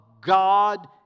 God